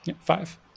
five